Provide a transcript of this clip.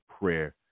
prayer